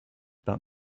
about